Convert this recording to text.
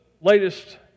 latest